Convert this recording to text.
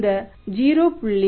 இந்த 0